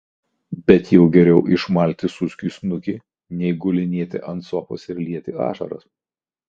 bet jau geriau išmalti suskiui snukį nei gulinėti ant sofos ir lieti ašaras